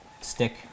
stick